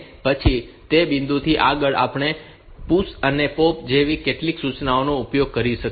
અને પછી તે બિંદુથી આગળ આપણે PUSH અને POP જેવી કેટલીક સૂચનાઓનો ઉપયોગ કરી શકીએ છીએ